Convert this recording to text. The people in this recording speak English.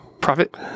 profit